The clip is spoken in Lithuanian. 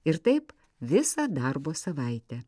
ir taip visą darbo savaitę